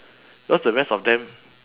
because the rest of them